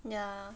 ya